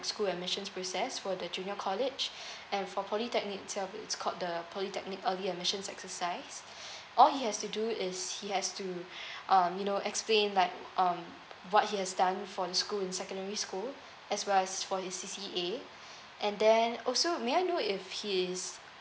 school admissions process for the junior college and for polytechnic itself it's called the polytechnic early admissions exercise all has to do is he has to uh you know explain like um what he has done for the school in secondary school as well as for his C_C_A and then also may I know if he is